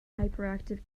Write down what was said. hyperactive